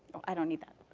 i don't need that.